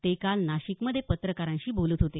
ते काल नाशिकमध्ये पत्रकारांशी बोलत होते